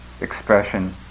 expression